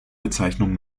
bezeichnung